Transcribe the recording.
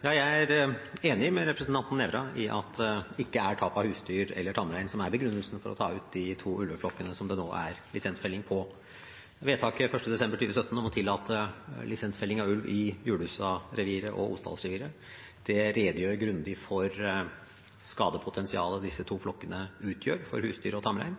Ja, jeg er enig med representanten Nævra i at det ikke er tap av husdyr eller tamrein som er begrunnelsen for å ta ut de to ulveflokkene som det nå er lisensfelling på. Vedtaket 1. desember 2017 om å tillate lisensfelling av ulv i Julussareviret og Osdalsreviret redegjør grundig for skadepotensialet disse to flokkene utgjør for husdyr og tamrein.